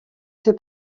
ser